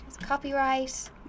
copyright